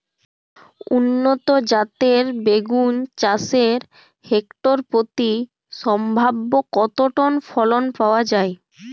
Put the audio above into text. উন্নত জাতের বেগুন চাষে হেক্টর প্রতি সম্ভাব্য কত টন ফলন পাওয়া যায়?